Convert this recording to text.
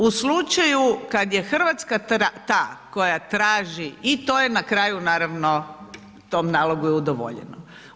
U slučaju kad je Hrvatska ta koja traži i to je na kraju naravno tom nalogu je udovoljeno.